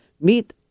meet